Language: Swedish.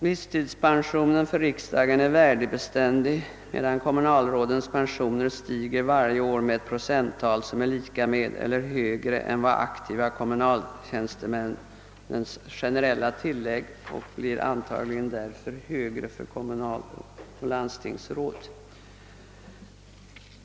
Visstidspensionen för riksdagsman är värdebeständig, medan kommunalrådens pensioner stiger varje år med ett procenttal som är lika med eller högre än de aktiva kommunaltjänstemännens generella tillägg. Pensionerna blir därför sannolikt högre för kommunalråd och landstingsråd.